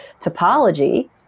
topology